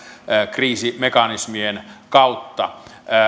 kriisimekanismien kautta